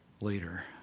later